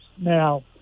Now